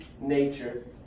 nature